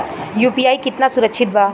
UPI कितना सुरक्षित बा?